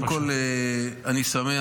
קודם כול, אני שמח.